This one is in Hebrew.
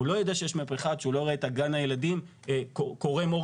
הוא לא יודע שיש מהפכה עד שהוא לא רואה את גן הילדים קורם עור